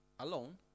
Alone